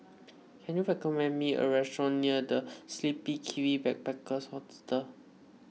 can you recommend me a restaurant near the Sleepy Kiwi Backpackers Hostel